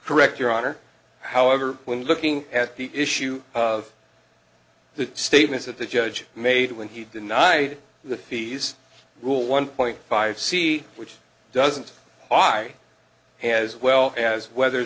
correct your honor however when looking at the issue of the statements that the judge made when he denied the fees will one point five c which doesn't offer i had as well as whether